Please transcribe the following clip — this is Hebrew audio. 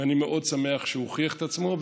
ואני מאוד שמח שהוא הוכיח את עצמו.